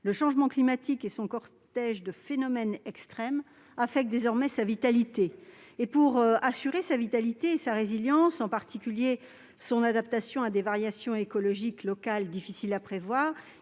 le changement climatique et son cortège de phénomènes extrêmes affectent désormais sa vitalité. Pour assurer la vitalité et la résilience de la forêt, notamment son adaptation à des variations écologiques locales difficiles à prévoir,